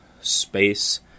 space